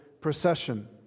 procession